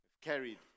carried